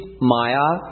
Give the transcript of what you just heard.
Maya